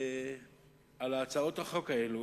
על הצעות החוק האלה